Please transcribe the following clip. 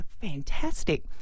Fantastic